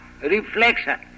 reflection